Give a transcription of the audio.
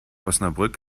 osnabrück